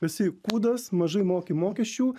esi kūdas mažai moki mokesčių